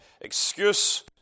excuse